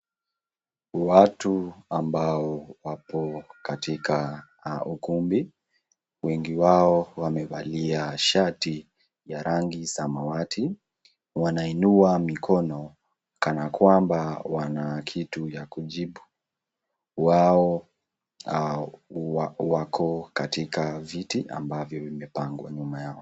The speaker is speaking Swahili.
Watu ambao wapo katika ukumbi. wengi wao wamevalia shati ya rangi samawati. Wanainua mikono kana kwamba wana kitu ya kujibu. Wao wako katika viti ambavyo vimepangwa nyuma yao.